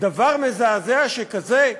דבר מזעזע שכזה?